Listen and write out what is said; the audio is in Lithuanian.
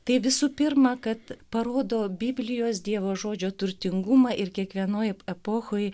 tai visų pirma kad parodo biblijos dievo žodžio turtingumą ir kiekvienoj epochoj